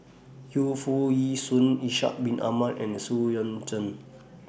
Yu Foo Yee Shoon Ishak Bin Ahmad and Xu Yuan Zhen